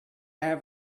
have